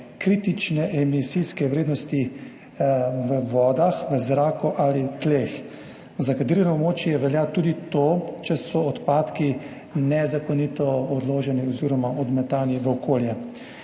kritične emisijske vrednosti v vodah, v zraku ali tleh, za degradirano območje velja tudi, če so odpadki nezakonito odloženi oziroma odmetani v okolje.